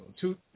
two